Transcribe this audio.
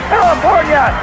California